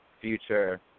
future